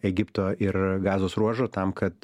egipto ir gazos ruožo tam kad